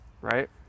right